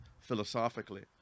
philosophically